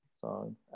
song